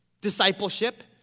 discipleship